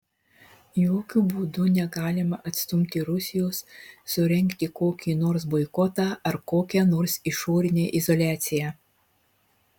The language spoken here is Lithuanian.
jokiu būdu negalima atstumti rusijos surengti kokį nors boikotą ar kokią nors išorinę izoliaciją